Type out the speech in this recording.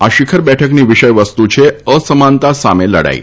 આ શીખર બેઠકની વિષય વસ્તુ છે અસમાનતા સામે લડાઇ